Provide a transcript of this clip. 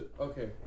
okay